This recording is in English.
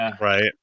right